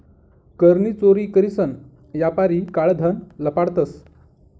कर नी चोरी करीसन यापारी काळं धन लपाडतंस